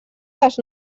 les